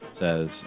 says